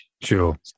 Sure